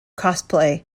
cosplay